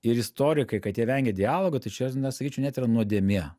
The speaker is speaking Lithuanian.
ir istorikai kad jie vengia dialogo tai čia na sakyčiau net yra nuodėmė